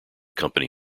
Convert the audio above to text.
company